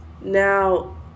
Now